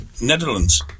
Netherlands